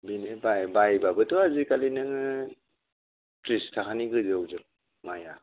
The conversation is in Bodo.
बेनो बायबाबोथ' आजिखालि नोङो थ्रिस थाखानि गोजौआवजोब माइआ